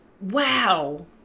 Wow